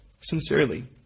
sincerely